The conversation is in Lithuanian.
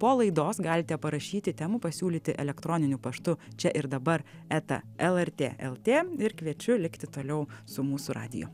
po laidos galite parašyti temų pasiūlyti elektroniniu paštu čia ir dabar eta lrt lt ir kviečiu likti toliau su mūsų radiju